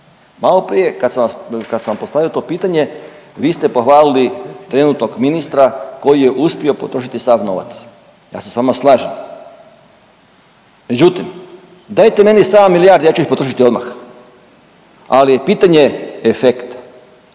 Malo prije kad sam vas, kad sam postavio to pitanje vi ste pohvalili trenutnog ministra koji je uspio potrošiti sav novac. Ja se s vama slažem. Međutim, dajte meni 7 milijardi ja ću ih potrošiti odmah, ali je pitanje efekta.